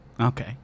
Okay